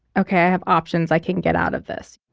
okay i have options i can get out of this